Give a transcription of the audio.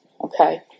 Okay